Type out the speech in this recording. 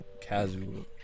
casual